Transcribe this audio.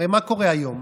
הרי מה קורה היום?